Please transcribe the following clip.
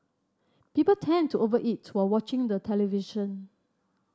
people tend to over eat while watching the television